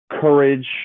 courage